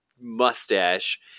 mustache